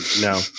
No